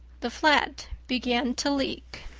the flat began to leak.